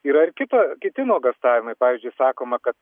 yra ir kita kiti nuogąstavimai pavyzdžiui sakoma kad